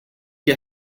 que